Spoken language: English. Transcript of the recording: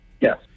Yes